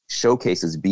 showcases